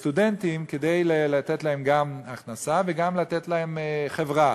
סטודנטים, כדי לתת להם גם הכנסה וגם לתת להם חברה,